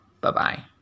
Bye-bye